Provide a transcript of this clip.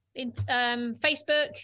Facebook